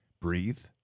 Breathe